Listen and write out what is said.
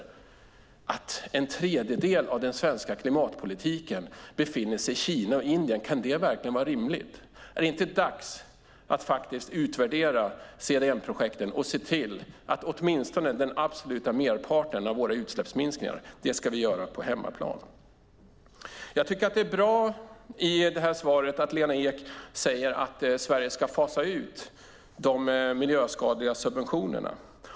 Kan det verkligen vara rimligt att en tredjedel av den svenska klimatpolitiken befinner sig i Kina och Indien? Är det inte dags att utvärdera CDM-projekten och se till att åtminstone den absoluta merparten av våra utsläppsminskningar görs på hemmaplan? Det är bra att Lena Ek i svaret säger att Sverige ska fasa ut de miljöskadliga subventionerna.